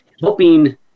helping